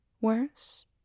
Worse